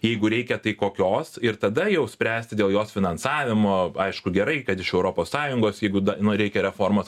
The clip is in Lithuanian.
jeigu reikia tai kokios ir tada jau spręsti dėl jos finansavimo aišku gerai kad iš europos sąjungos jeigu nu reikia reformos